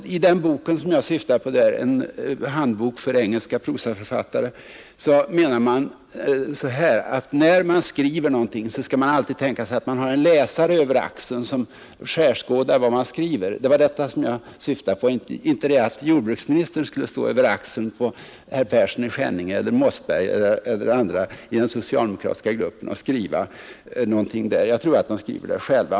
I den handbok för engelska prosaförfattare, som jag syftar på, menar författarna av denna handbok, att man alltid skall tänka sig att man har en läsare över axeln, som skärskådar vad man skriver. Det var detta jag syftade på, inte att jordbruksministern skulle stå över axeln på herr Persson i Skänninge, herr Mossberger eller andra medlemmar av den socialdemokratiska gruppen och skriva någonting. Jag tror att de skriver själva.